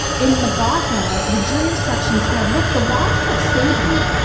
in mcgautha, the jury instructions said, look, the law can't save you.